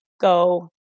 go